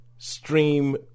stream